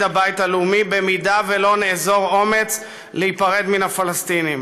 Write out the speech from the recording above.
הבית הלאומי במידה שלא נאזור אומץ להיפרד מן הפלסטינים.